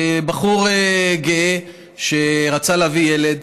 בחור גאה שרצה להביא ילד,